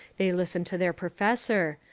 they listen to their professor.